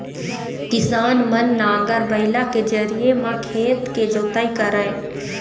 किसान मन नांगर, बइला के जरिए म खेत के जोतई करय